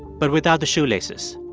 but without the shoelaces.